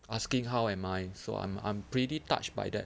asking how am I so I'm I'm pretty touched by that